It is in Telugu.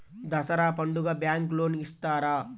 దసరా పండుగ బ్యాంకు లోన్ ఇస్తారా?